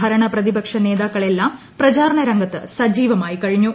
ഭരണ പ്രതിപക്ഷ നേതാക്കൾ എല്ലാം പ്രചാരണ രംഗത്ത് സജീവമായി കഴിഞ്ഞു